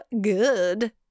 good